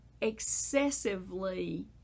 excessively